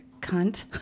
Cunt